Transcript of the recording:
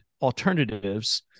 alternatives